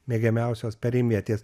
mėgiamiausios perimvietės